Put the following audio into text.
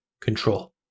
control